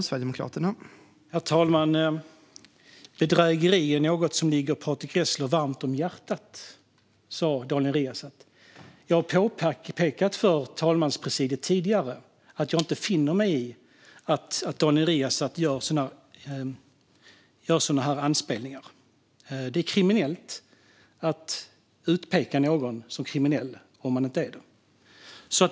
Herr talman! Bedrägeri är något som ligger Patrick Reslow varmt om hjärtat, sa Daniel Riazat. Jag har tidigare påpekat för talmanspresidiet att jag inte finner mig i att Daniel Riazat gör sådana anspelningar. Det är kriminellt att utpeka någon som kriminell om han inte är det.